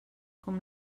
com